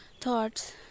thoughts